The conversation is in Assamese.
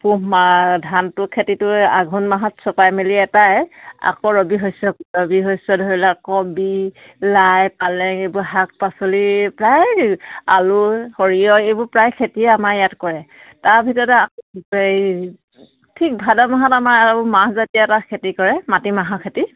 পোহ মাহ ধানটো খেতিটো আঘোণ মাহত চপাই মেলি এটাই আকৌ ৰবি শস্য ৰবি শস্য ধৰি লওক কবি লাই পালেং এইবোৰ শাক পাচলি প্ৰায় আলু সৰিয়হ এইবোৰ প্ৰায় খেতিয়ে আমাৰ ইয়াত কৰে তাৰ ভিততে এই ঠিক ভাদ মাহত আমাৰ আৰু মাহ জাতিয় এটা খেতি কৰে মাটি মাহৰ খেতি